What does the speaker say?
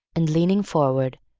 and leaning forward,